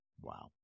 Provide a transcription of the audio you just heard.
Wow